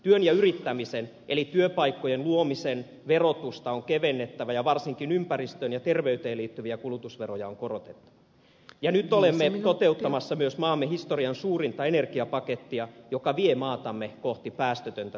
työn ja yrittämisen eli työpaikkojen luomisen verotusta on kevennettävä ja varsinkin ympäristöön ja terveyteen liittyviä kulutusveroja on korotettava ja nyt olemme toteuttamassa myös maamme historian suurinta energiapakettia joka vie maatamme kohti päästötöntä suomea